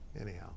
Anyhow